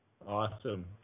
Awesome